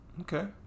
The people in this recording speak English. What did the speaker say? Okay